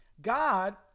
God